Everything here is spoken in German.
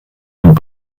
und